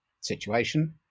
situation